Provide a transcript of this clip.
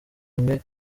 imwe